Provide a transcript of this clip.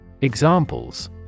Examples